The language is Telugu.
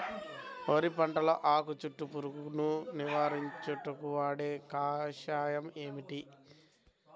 వరి పంటలో ఆకు చుట్టూ పురుగును నివారణకు వాడే కషాయం ఏమిటి?